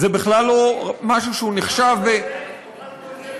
זה בכלל לא משהו שנחשב זה לחלוטין,